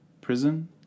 prison